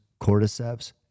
cordyceps